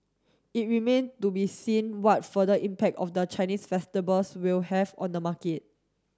it remain to be seen what further impact of the Chinese festivals will have on the market